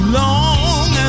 long